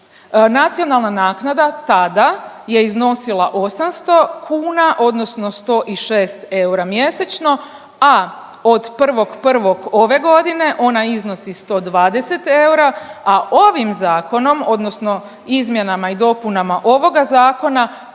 Nacionalna naknada tada je iznosila 800 kuna, odnosno 106 eura mjesečno, a od 1.1. ove godine ona iznosi 120 eura, a ovim Zakonom odnosno izmjenama i dopunama ovoga Zakona